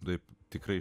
taip tikrai